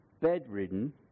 Bedridden